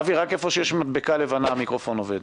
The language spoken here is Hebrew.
אבי, רק איפה שיש מדבקה לבנה המיקרופון עובד.